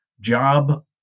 job